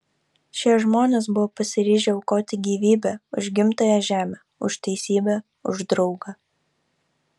šie žmonės buvo pasiryžę aukoti gyvybę už gimtąją žemę už teisybę už draugą